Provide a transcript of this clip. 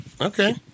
Okay